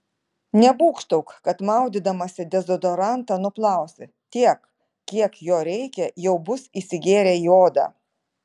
nebūgštauk kad maudydamasi dezodorantą nuplausi tiek kiek jo reikia jau bus įsigėrę į odą